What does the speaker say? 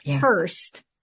first